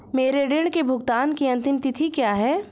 मेरे ऋण के भुगतान की अंतिम तिथि क्या है?